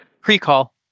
Pre-call